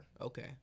Okay